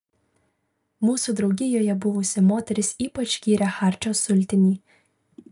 mūsų draugijoje buvusi moteris ypač gyrė charčio sultinį